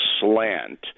slant